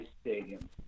Stadium